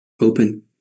Open